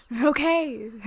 okay